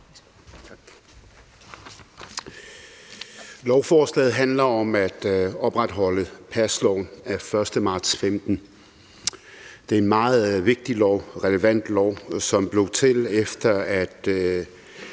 Lovforslaget handler om at opretholde pasloven af 1. marts 2015. Det er en meget vigtig og relevant lov, som blev til, efter at